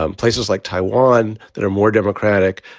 um places like taiwan that are more democratic,